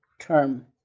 term